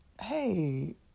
Hey